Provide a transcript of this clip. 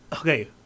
okay